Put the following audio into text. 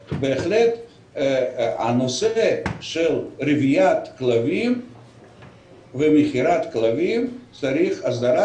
אבל בהחלט הנושא של רביית ומכירת כלבים צריך הסדרה